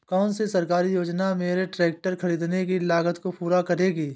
कौन सी सरकारी योजना मेरे ट्रैक्टर ख़रीदने की लागत को पूरा करेगी?